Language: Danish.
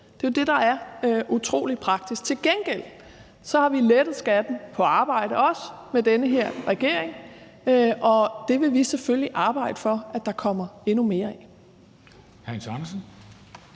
Det er jo det, der er utrolig praktisk. Til gengæld har vi lettet skatten på arbejde, også med den her regering. Og det vil vi selvfølgelig arbejde for at der kommer endnu mere af.